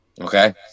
okay